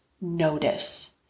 notice